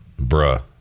Bruh